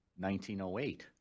1908